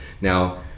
Now